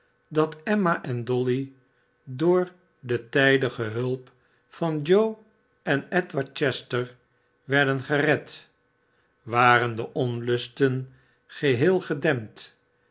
dat emma en dolly door de tijdige hulp van joe en edward chester werden gered waren de onlusten geheel gedempt